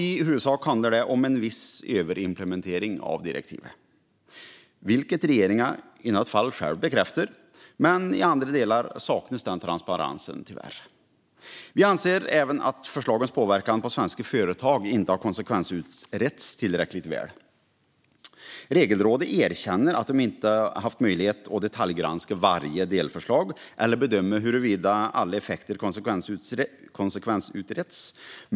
I huvudsak handlar det om en viss överimplementering av direktivet, vilket regeringen i något fall själv bekräftar. Men i andra delar saknas tyvärr den transparensen. Vi anser även att förslagens påverkan på svenska företag inte har konsekvensutretts tillräckligt väl. Regelrådet erkänner att de inte har haft möjlighet att detaljgranska varje delförslag eller bedöma huruvida alla effekter konsekvensutretts.